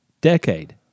decade